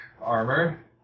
armor